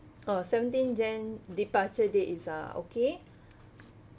uh seventeenth jan departure date is uh okay